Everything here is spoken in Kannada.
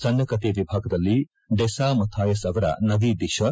ಸಣ್ಣ ಕತೆ ವಿಭಾಗದಲ್ಲಿ ಡೆಸಾ ಮಥಾಯಸ್ ಅವರ ನವಿ ದಿಶಾ